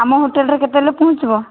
ଆମ ହୋଟେଲ୍ରେ କେତେବେଳେ ପହଞ୍ଚିବ